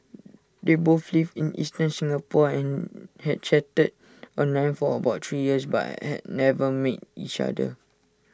they both lived in eastern Singapore and had chatted online for about three years but had never met each other